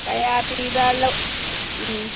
ꯀꯌꯥ ꯄꯤꯕ ꯂꯧ